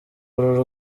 uru